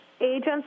agents